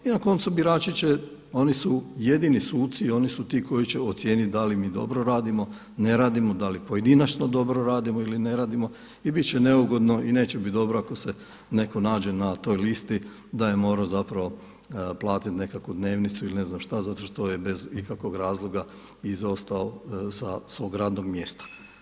I na koncu birači će, oni su jedini suci i oni su ti koji će ocijeniti da li mi dobro radimo, ne radimo, da li pojedinačno dobro radimo ili ne radimo i biti će neugodno i neće biti dobro ako se netko nađe na toj listi da je morao zapravo platiti nekakvu dnevnicu ili ne znam šta zato što je bez ikakvog razlog izostao sa svog radnog mjesta.